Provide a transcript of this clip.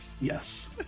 Yes